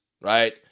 right